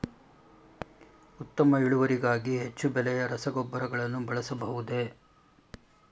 ಉತ್ತಮ ಇಳುವರಿಗಾಗಿ ಹೆಚ್ಚು ಬೆಲೆಯ ರಸಗೊಬ್ಬರಗಳನ್ನು ಬಳಸಬಹುದೇ?